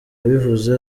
yabivuze